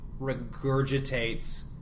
regurgitates